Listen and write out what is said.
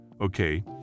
okay